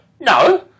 no